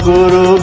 Guru